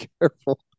careful